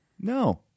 No